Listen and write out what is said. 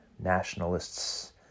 nationalists